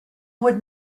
would